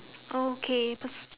okay pers~